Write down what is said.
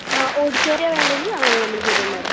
ആ ഓഡിറ്റോറിയമാ വേണ്ടതെങ്കിൽ അങ്ങനെ നമ്മൾ ചെയ്ത് തരും മേഡം